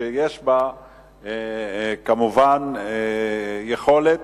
שיש בה כמובן יכולת